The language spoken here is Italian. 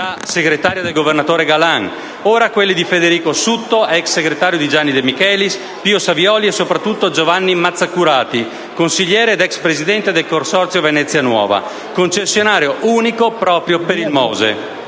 segretaria del governatore Galan. Ora quelli di Federico Sutto (ex segretario di Gianni De Michelis), Pio Savioli, e soprattutto Giovanni Mazzacurati, consiglieri ed ex presidente del Consorzio Venezia Nuova, concessionario unico proprio per il Mose,